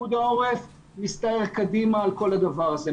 פיקוד העורף מסתער קדימה על כל הדבר הזה,